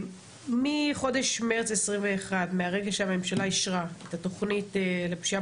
מחודש מרץ 2021 מרגע שהממשלה אישרה את התכנית לפשיעה